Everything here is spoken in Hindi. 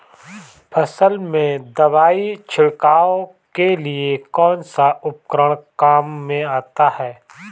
फसल में दवाई छिड़काव के लिए कौनसा उपकरण काम में आता है?